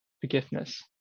forgiveness